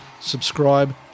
subscribe